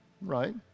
right